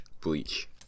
Bleach